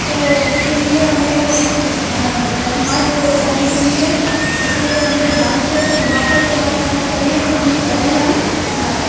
تو اس کے لیے ہمیں اعتماد کرنے کے لیے اس پہ ہمیں دھیان سے اپنے دماغ کا استعمال کرنا چاہیے کہ ہم یہ کریں یا نہ کر